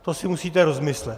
To si musíte rozmyslet.